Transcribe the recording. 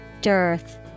Dearth